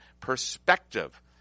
Perspective